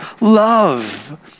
love